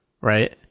right